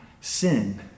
sin